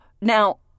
Now